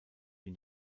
die